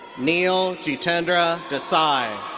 neel jitendra desai.